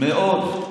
מאוד.